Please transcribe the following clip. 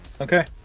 Okay